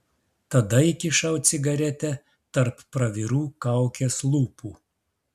tada įkišau cigaretę tarp pravirų kaukės lūpų